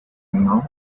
meal